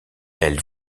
elle